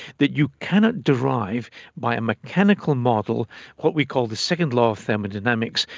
that you cannot derive by a mechanical model what we call the second law of thermodynamics,